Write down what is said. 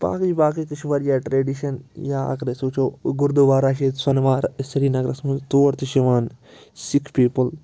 باقٕے باقٕے تہِ چھِ واریاہ ٹرٛیٚڈِشَن یا اگر أسۍ وُچھو گرودوارا چھُ ییٚتہِ سۄنہٕ وار سرینگرَس منٛز تور تہِ چھِ یِوان سِکھ پیٖپٕل